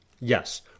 Yes